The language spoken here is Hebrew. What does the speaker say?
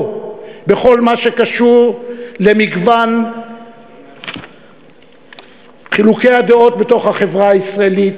בכל מה שקשור למגוון חילוקי הדעות בתוך החברה הישראלית,